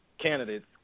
candidates